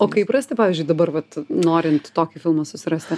o kaip rasti pavyzdžiui dabar vat norint tokį filmą susirasti